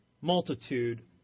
multitude